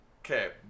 Okay